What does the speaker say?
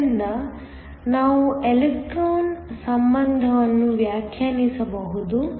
ಆದ್ದರಿಂದ ನಾವು ಎಲೆಕ್ಟ್ರಾನ್ ಸಂಬಂಧವನ್ನು ವ್ಯಾಖ್ಯಾನಿಸಬಹುದು